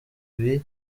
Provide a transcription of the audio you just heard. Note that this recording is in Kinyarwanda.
ibi